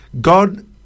God